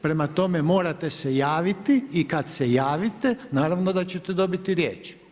Prema tome, morate se javiti i kad se javite naravno da ćete dobiti riječ.